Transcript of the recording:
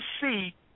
see